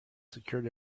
secured